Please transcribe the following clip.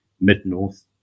mid-north